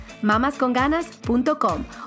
mamasconganas.com